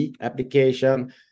application